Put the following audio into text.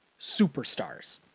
superstars